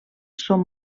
són